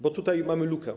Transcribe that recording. Bo tutaj mamy lukę.